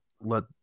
let